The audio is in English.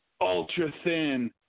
ultra-thin